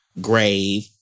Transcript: grave